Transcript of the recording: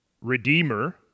Redeemer